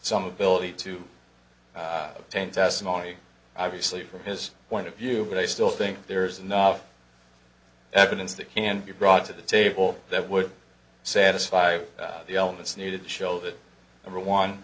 some ability to taint testimony obviously from his point of view but i still think there is enough evidence that can be brought to the table that would satisfy the elements needed to show that number one